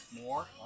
More